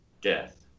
death